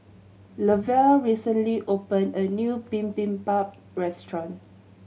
Lovell recently opened a new Bibimbap Restaurant